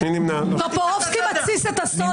טופורובסקי מתסיס את הסודה,